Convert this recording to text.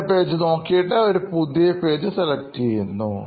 പഴയ പേജ് നോക്കിയിട്ട് ഒരു പുതിയ പേജ് സെലക്ട് ചെയ്യുന്നു